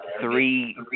three